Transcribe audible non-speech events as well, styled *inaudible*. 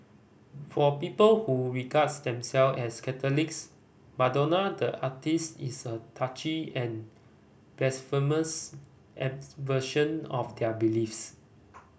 for people who regard themselves as Catholics Madonna the artiste is a touchy and blasphemous *unintelligible* of their beliefs